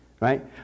right